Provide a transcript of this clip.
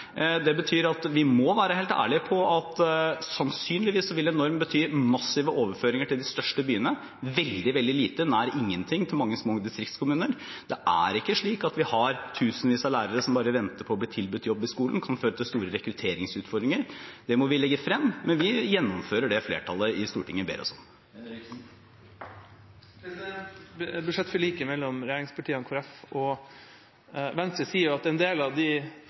Det betyr at vi må være helt ærlige om at en norm sannsynligvis vil bety massive overføringer til de største byene og veldig lite – nær ingenting – til mange små distriktskommuner. Det er ikke slik at vi har tusenvis av lærere som bare venter på å bli tilbudt jobb i skolen. Det kan føre til store rekrutteringsutfordringer. Det må vi legge frem, men vi gjennomfører det flertallet i Stortinget ber oss om. Budsjettforliket mellom regjeringspartiene, Kristelig Folkeparti og Venstre sier at en del av